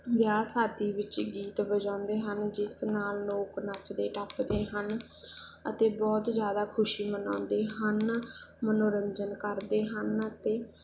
ਵਿਆਹ ਸ਼ਾਦੀ ਵਿੱਚ ਗੀਤ ਵਜਾਉਂਦੇ ਹਨ ਜਿਸ ਨਾਲ ਨੋਕ ਨੱਚਦੇ ਟੱਪਦੇ ਹਨ ਅਤੇ ਬਹੁਤ ਜ਼ਿਆਦਾ ਖੁਸ਼ੀ ਮਨਾਉਂਦੇ ਹਨ ਮਨੋਰੰਜਨ ਕਰਦੇ ਹਨ ਅਤੇ